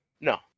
No